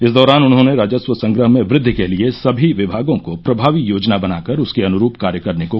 इस दौरान उन्होंने राजस्व संग्रह में वृद्धि के लिये सभी विभागों को प्रभावी योजना बना कर उसके अनुरूप कार्य करने को कहा